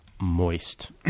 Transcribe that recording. Moist